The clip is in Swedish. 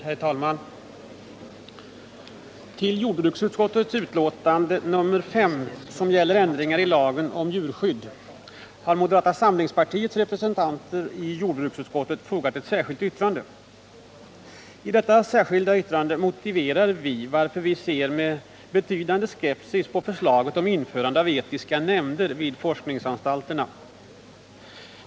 Herr talman! Till jordbruksutskottets betänkande nr 5, som gäller ändringar i lagen om djurskydd, har moderata samlingspartiets representanter i jordbruksutskottet fogat ett särskilt yttrande. I detta särskilda yttrande motiverar vi varför vi ser med betydande skepsis på förslaget om införande av etiska nämnder i forskningsanstalterna.